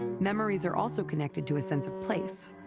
memories are also connected to a sense of place.